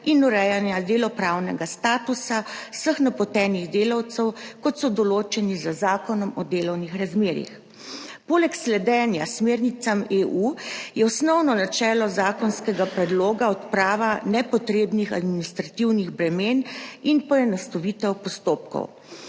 in urejanja delovnopravnega statusa vseh napotenih delavcev, kot so določeni z Zakonom o delovnih razmerjih. Poleg sledenja smernicam EU je osnovno načelo zakonskega predloga odprava nepotrebnih administrativnih bremen in poenostavitev postopkov.